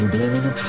Blue